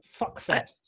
fuckfest